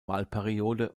wahlperiode